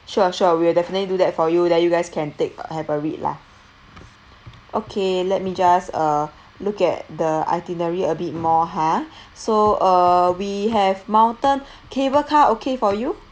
sure sure we'll definitely do that for you then you guys can take have a read lah okay let me just uh look at the itinerary a bit more ha so uh we have mountain cable car okay for you